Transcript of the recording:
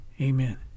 Amen